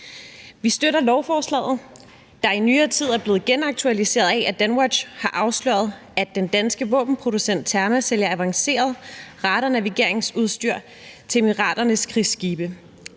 Vi støtter lovforslaget, der i nyere tid er blevet genaktualiseret af, at Danwatch har afsløret, at den danske våbenproducent Terma sælger avanceret radar- og navigationsudstyr til Emiraternes krigsskibe.